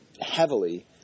heavily